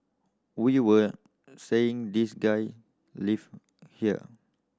we were saying this guy live here